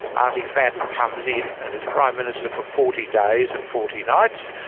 artie fadden, comes in, and is prime minister for forty days and forty nights.